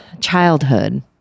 childhood